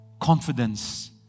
confidence